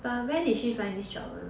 but where did you find this job ah